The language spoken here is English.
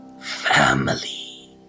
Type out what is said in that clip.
family